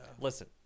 Listen